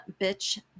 bitch